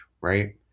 right